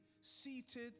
Seated